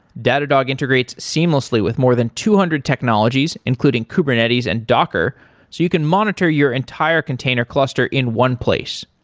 datadog integrates seamlessly with more than two hundred technologies, including kubernetes and docker you can monitor your entire container cluster in one place.